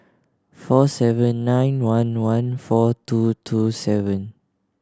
four seven nine one one four two two seven